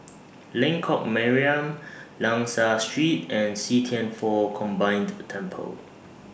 Lengkok Mariam Liang Seah Street and See Thian Foh Combined Temple